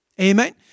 Amen